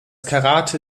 karate